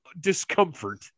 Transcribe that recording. discomfort